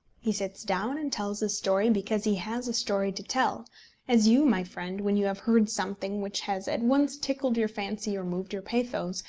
he sits down and tells his story because he has a story to tell as you, my friend, when you have heard something which has at once tickled your fancy or moved your pathos,